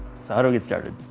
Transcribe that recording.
so, how do i get started?